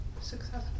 Successful